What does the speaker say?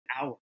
hour